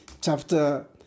chapter